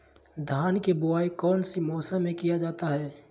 धान के बोआई कौन सी मौसम में किया जाता है?